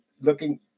looking